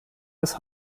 des